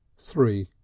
Three